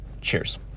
Cheers